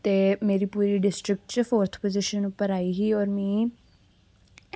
ते मेरी पूरी डिस्ट्रिक्ट च फोर्थ पोजिशन उप्पर आई ही और मिगी